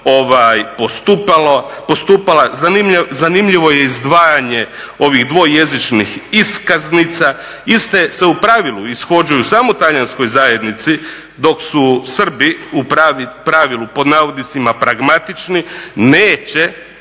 postupala. Zanimljivo je izdvajanje ovih dvojezičnih iskaznica, iste se u pravilu ishođuju samo talijanskoj zajednici dok su Srbi u pravilu "pragmatični" neće